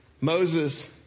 Moses